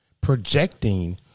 projecting